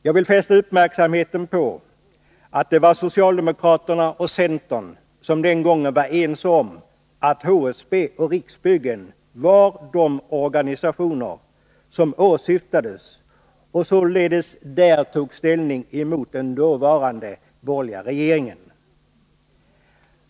Jag vill fästa uppmärksamheten på att socialdemokraterna och centern den gången var ense om att HSB och Riksbyggen var de organisationer som åsyftades — och således därvidlag tog ställning mot den dåvarande borgerliga regeringen.